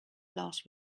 last